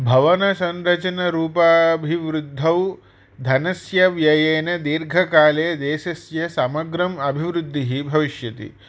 भवनसंरचनरूपाभिवृद्धौ धनस्य व्ययेन दीर्घकाले देशस्य समग्रम् अभिवृद्धिः भविष्यति